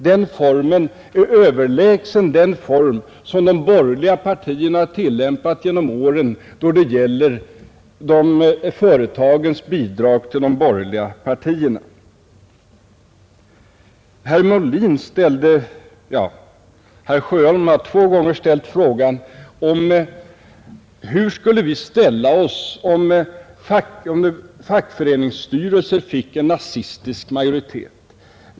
Den formen är överlägsen den form som de borgerliga partierna har tillämpat genom åren då det gäller företagens bidrag till de borgerliga partierna. Herr Sjöholm har två gånger ställt frågan hur vi skulle ställa oss om en fackföreningsstyrelse fick en nazistisk majoritet.